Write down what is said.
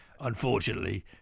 Unfortunately